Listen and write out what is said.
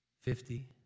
fifty